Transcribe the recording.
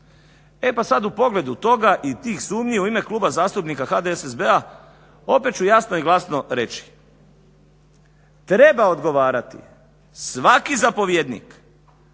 E pa sad u pogledu toga i tih sumnji u ime Kluba zastupnika HDSSB-a opet ću jasno i glasno reći treba odgovarati svaki zapovjednik